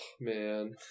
man